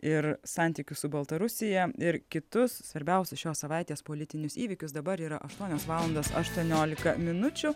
ir santykius su baltarusija ir kitus svarbiausius šios savaitės politinius įvykius dabar yra aštuonios valandos aštuoniolika minučių